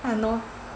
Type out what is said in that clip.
!hannor!